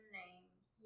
names